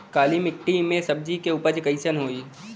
काली मिट्टी में सब्जी के उपज कइसन होई?